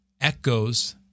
echoes